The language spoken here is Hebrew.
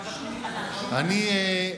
אדוני היושב-ראש,